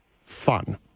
fun